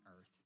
earth